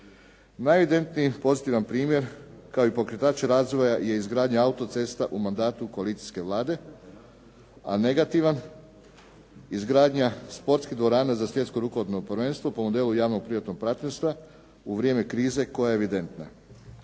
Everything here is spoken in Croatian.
Najevidentniji pozitiva primjer kao i pokretač razvoja je izgradnja razvoja autocesta u mandatu koalicijske Vlade, a negativan izgradnja sportske dvorane za svjetsko rukometno prvenstvo po modelu javno-privatnog partnerstva u vrijeme krize koja je evidentna.